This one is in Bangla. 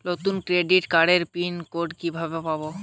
নতুন ক্রেডিট কার্ডের পিন কোড কিভাবে পাব?